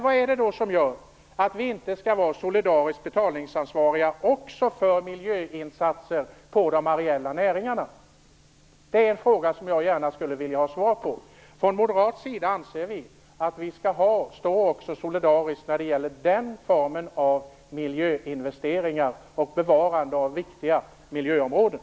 Vad är det då som gör att vi inte skall vara solidariskt betalningsansvariga också för miljöinsatser inom de areella näringarna? Det är en fråga som jag gärna skulle vilja ha svar på. Vi moderater anser att vi också skall stå solidariska när det gäller den formen av miljöinvesteringar och bevarandet av viktiga miljöområden.